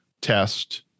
test